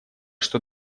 что